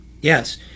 yes